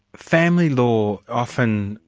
family law, often,